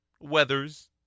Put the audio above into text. weathers